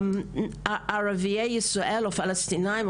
ערביי ישראל או פלסטינאים,